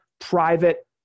private